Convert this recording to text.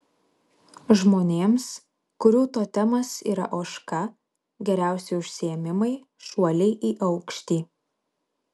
žmonėms kurių totemas yra ožka geriausi užsiėmimai šuoliai į aukštį